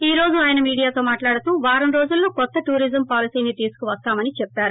ఈ సందర్భంగా ఆయన మ్డియాతో మాట్లాడుతూ వారం రోజుల్లో కొత్త టూరిజం పాలసీని తీసుకువస్తామని చెప్పారు